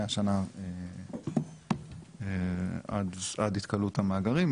מהשנה ועד התכלות המאגרים,